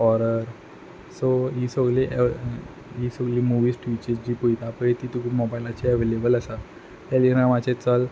horror सो ही सोगलीं हीं सोगलीं मुवीस टिवीचेर पयता पय ती तुका मोबायलाचेर अवेलेबल आसा तेज्या नांवाचे चल